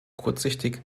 kurzsichtig